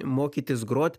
mokytis grot